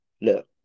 look